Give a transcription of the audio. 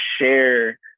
share